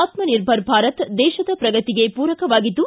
ಆತ್ಮನಿರ್ಭರ ಭಾರತ ದೇಶದ ಪ್ರಗತಿಗೆ ಪೂರಕವಾಗಿದ್ದು